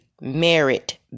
merit